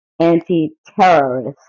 anti-terrorist